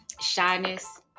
shyness